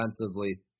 offensively